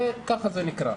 ככה זה נקרא.